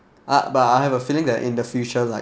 ah but I have a feeling that in the future like